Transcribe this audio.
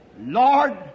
Lord